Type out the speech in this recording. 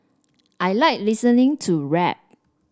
I like listening to rap